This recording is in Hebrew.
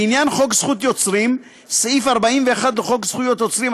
לענייו חוק זכות יוצרים: סעיף 41 לחוק זכות יוצרים,